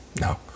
no